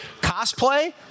cosplay